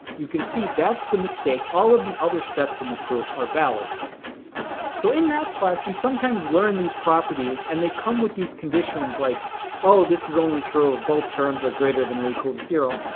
you can see that's the mistake all of the other steps in the proof are valid so in math class you sometimes learn these properties and they come with these conditions like oh this is only true if both terms are greater than or equal to zero.